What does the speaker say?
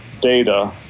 data